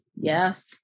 Yes